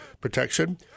protection